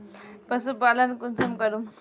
पशुपालन कुंसम करूम?